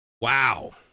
wow